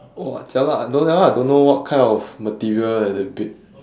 !wah! jialat I don't that one I don't know what kind of material eh the bed